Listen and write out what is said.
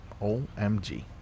OMG